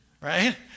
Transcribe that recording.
right